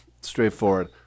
straightforward